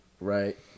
Right